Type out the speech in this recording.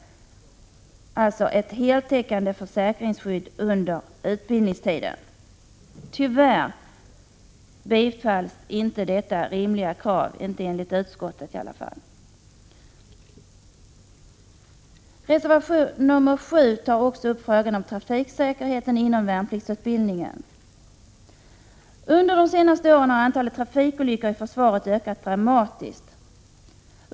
Vi kräver alltså ett heltäckande försäkringsskydd under utbildningstiden. Tyvärr tillstyrker inte utskottet detta rimliga krav. Reservation 7 tar också upp frågan om trafiksäkerheten under värnpliktsutbildningen. Under de senaste åren har antalet trafikolyckor i försvaret ökat dramatiskt.